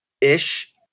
ish